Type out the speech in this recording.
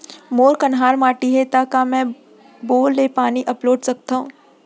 मोर कन्हार माटी हे, त का मैं बोर ले पानी अपलोड सकथव?